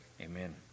Amen